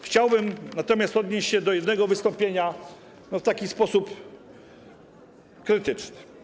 Chciałbym natomiast odnieść się do jednego wystąpienia w sposób krytyczny.